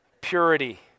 purity